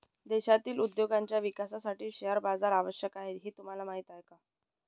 देशातील उद्योगांच्या विकासासाठी शेअर बाजार आवश्यक आहे हे तुम्हाला माहीत आहे का?